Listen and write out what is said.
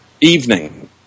evening